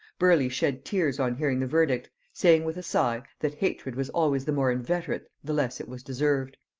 burleigh shed tears on hearing the verdict, saying with a sigh, that hatred was always the more inveterate the less it was deserved.